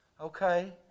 Okay